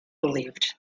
believed